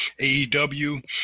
AEW